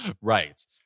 right